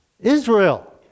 Israel